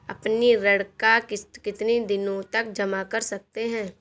अपनी ऋण का किश्त कितनी दिनों तक जमा कर सकते हैं?